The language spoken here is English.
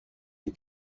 you